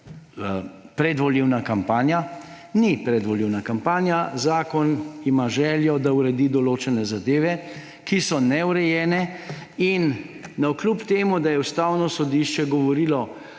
predvolilna kampanja. Ni predvolilna kampanja, zakon ima željo, da uredi določene zadeve, ki so neurejene. Navkljub temu da je Ustavno sodišče v svoji